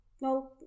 no